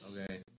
okay